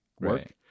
work